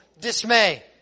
dismay